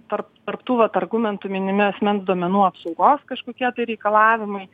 tarp tarp tų vat argumentų minimi asmens duomenų apsaugos kažkokie tai reikalavimai